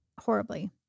horribly